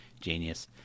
genius